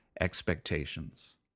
expectations